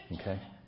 Okay